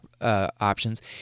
options